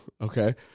Okay